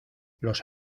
los